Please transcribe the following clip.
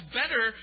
better